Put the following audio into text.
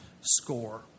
score